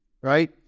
Right